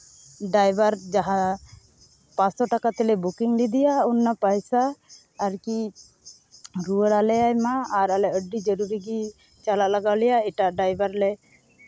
driver ᱡᱟᱦᱟᱸ ᱯᱟᱸᱥᱥᱳ ᱴᱟᱠᱟ ᱛᱮᱞᱮ ᱵᱩᱠᱤᱝ ᱞᱮᱫᱮᱭᱟ ᱚᱱᱟ ᱯᱚᱭᱥᱟ ᱟᱨᱠᱤ ᱨᱩᱣᱟᱹᱲ ᱟᱞᱮᱭᱟᱭ ᱢᱟ ᱟᱨ ᱟᱞᱮ ᱟᱹᱰᱤ ᱡᱩᱨᱤ ᱨᱮ ᱜᱮ ᱪᱟᱞᱟᱜ ᱞᱟᱜᱟᱣ ᱞᱮᱭᱟ ᱮᱴᱟᱜ ᱰᱟᱭᱵᱷᱟᱨ ᱞᱮ